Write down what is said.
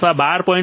136 અથવા 12